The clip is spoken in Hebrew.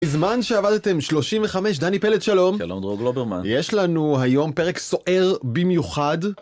בזמן שעבדתם שלושים וחמש, דני פלד, שלום. שלום, דרור גלוברמן. יש לנו היום פרק סוער במיוחד.